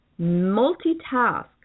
multitask